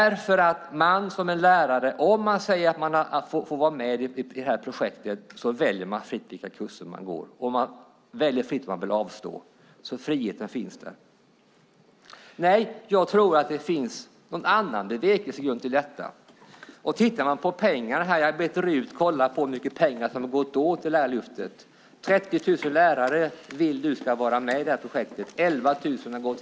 Om man som lärare får vara med i projektet väljer man fritt vilka kurser man går, och man väljer fritt om man vill avstå. Friheten finns således. Jag tror att det finns en annan bevekelsegrund. Jag har bett riksdagens utredningstjänst titta på hur mycket pengar som gått till Lärarlyftet. Utbildningsministern vill att 30 000 lärare ska vara med i projektet. Hittills har 11 000 deltagit.